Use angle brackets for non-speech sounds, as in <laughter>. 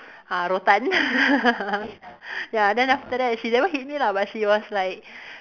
uh rotan <laughs> ya then after that she never hit me lah but she was like